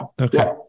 Okay